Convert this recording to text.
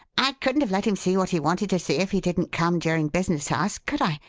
i couldn't have let him see what he wanted to see if he didn't come during business hours, could i?